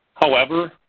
however,